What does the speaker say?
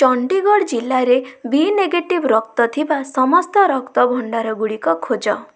ଚଣ୍ଡୀଗଡ଼ ଜିଲ୍ଲାରେ B negative ରକ୍ତ ଥିବା ସମସ୍ତ ରକ୍ତ ଭଣ୍ଡାର ଗୁଡ଼ିକ ଖୋଜ